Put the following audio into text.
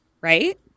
Right